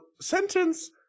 sentence